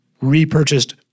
Repurchased